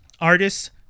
Artists